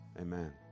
Amen